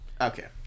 Okay